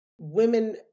women